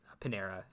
Panera